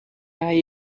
hij